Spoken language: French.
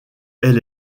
elle